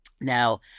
Now